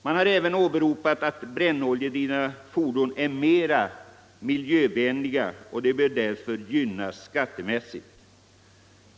Vidare åberopar man att brännoljedrivna fordon är mer miljövänliga och därför bör gynnas skattemässigt.